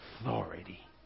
authority